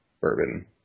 bourbon